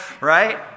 right